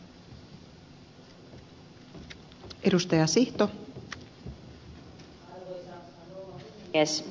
arvoisa rouva puhemies